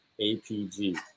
APG